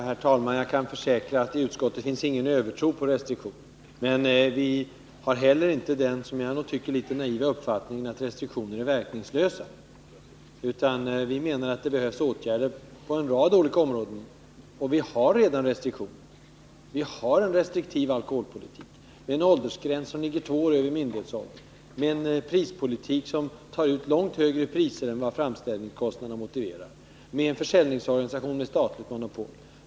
Herr talman! Jag kan försäkra att i utskottet finns ingen övertro på restriktioner, men vi har heller inte den naiva uppfattningen att restriktioner är verkningslösa. Vi menar att det behövs åtgärder på en rad olika områden. Vi har redan restriktioner. Vi har en restriktiv alkoholpolitik, med en åldersgräns för inköp av alkohol som ligger två år över myndighetsåldern, med en prispolitik som innebär att man tar ut långt högre priser än vad framställningskostnaderna motiverar, med en försäljningsorganisation med statligt monopol.